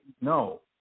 No